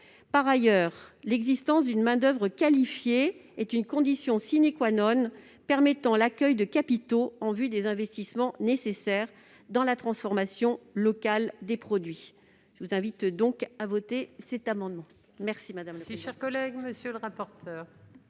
Par ailleurs, l'existence d'une main-d'oeuvre qualifiée est une condition permettant l'accueil de capitaux en vue des investissements nécessaires dans la transformation locale des produits. Je vous invite donc, mes chers collègues, à voter cet amendement.